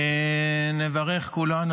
נברך כולנו,